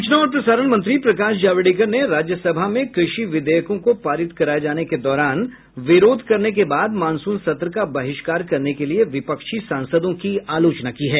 सूचना और प्रसारण मंत्री प्रकाश जावड़ेकर ने राज्यसभा में कृषि विधेयकों को पारित कराए जाने के दौरान विरोध करने के बाद मॉनसून सत्र का बहिष्कार करने के लिए विपक्षी सांसदों की आलोचना की है